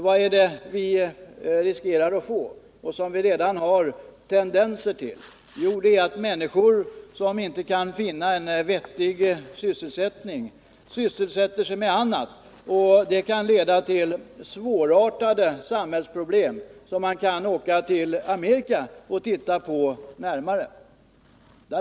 Vad vi riskerar — och det finns redan tendenser till det — är att människor som inte kan finna en vettig sysselsättning ägnar sig åt annat, och det kan leda till svårartade samhällsproblem, som man kan resa till Amerika och titta närmare på.